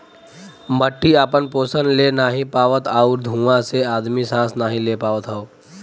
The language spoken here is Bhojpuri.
मट्टी आपन पोसन ले नाहीं पावत आउर धुँआ से आदमी सांस नाही ले पावत हौ